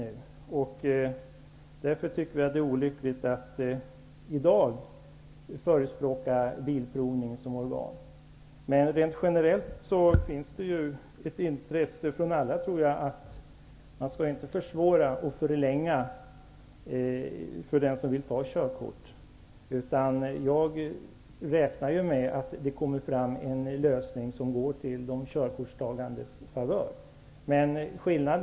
Vi tycker därför att det är olyckligt att i dag förespråka Svensk Bilprovning som organ. Rent generellt finns ett intresse hos alla att man inte skall försvåra för den som vill ta körkort. Jag räknar med att man kommer fram till en lösning som är till de körkortstagandes favör.